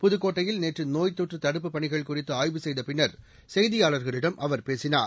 புதுக்கோட்டையில் நேற்று நோய்த் தொற்று தடுப்புப் பணிகள் குறித்து ஆய்வு செய்த பின்னர் செய்தியாளர்களிடம் அவர் பேசினார்